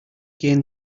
gain